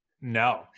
No